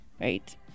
right